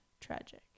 Tragic